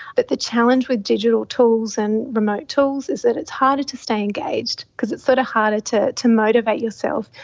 but the challenge with digital tools and remote tools is that it's harder to stay engaged because it's sort of harder to to motivate yourself.